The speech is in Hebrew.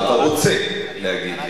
אתה רוצה להגיד לי.